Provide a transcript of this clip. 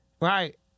right